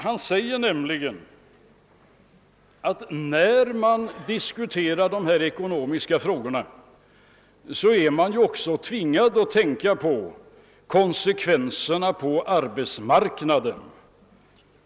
Han sade nämligen att när man diskuterar de ekonomiska frågorna är man också tvingad att tänka på konsekvenserna på arbetsmarknaden.